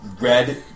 red